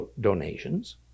donations